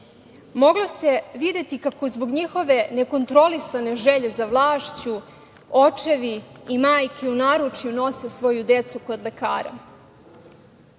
Moglo se videti kako zbog njihove nekontrolisane želje za vlašću očevi i majke u naručju nose svoju decu kod lekara,